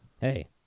Hey